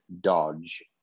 dodge